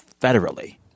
federally